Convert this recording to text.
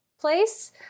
place